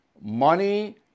money